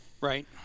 Right